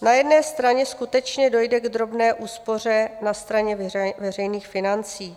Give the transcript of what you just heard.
Na jedné straně skutečně dojde k drobné úspoře na straně veřejných financí.